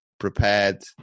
Prepared